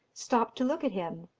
stopped to look at him,